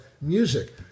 music